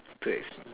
too ex